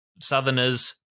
Southerners